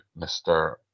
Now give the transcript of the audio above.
Mr